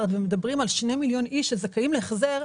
ומדברים על 2 מיליון אנשים שזכאים להחזר,